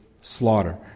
slaughter